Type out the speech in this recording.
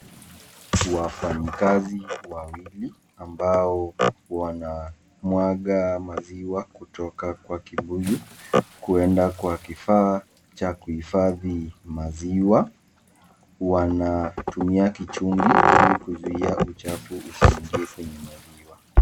Wafanyikazi wawili ambao wanamwaga maziwa kutoka kwa kibuyu kuenda kwa kifaa cha kuhifadhi maziwa , wanatumia kichungi ili kuzuia uchafu usiingie kwenye maziwa.